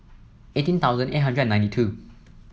eighteen thousand eight hundred and ninety two